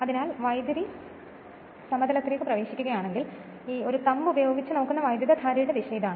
അതിനാൽ വൈദ്യുതി സമതലത്തിലേക്ക് പ്രവേശിക്കുകയാണെങ്കിൽ തള്ളവിരൽ ഉപയോഗിച്ച് നോക്കുന്ന വൈദ്യുതധാരയുടെ ദിശ ഇതാണ്